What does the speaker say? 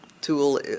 tool